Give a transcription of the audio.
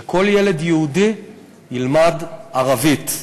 שכל ילד יהודי ילמד ערבית.